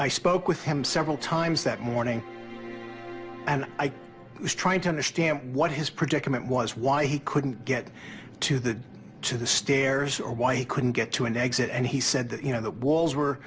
i spoke with him several times that morning and i was trying to understand what his predicament was why he couldn't get to the to the stairs or why he couldn't get to an exit and he said that you know the walls were